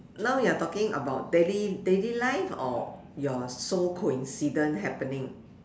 now you're talking about daily daily life or your so coincident happening